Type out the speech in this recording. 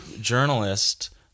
journalist